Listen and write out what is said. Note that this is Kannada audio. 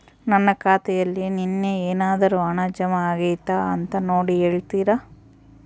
ನನ್ನ ಖಾತೆಯಲ್ಲಿ ನಿನ್ನೆ ಏನಾದರೂ ಹಣ ಜಮಾ ಆಗೈತಾ ಅಂತ ನೋಡಿ ಹೇಳ್ತೇರಾ?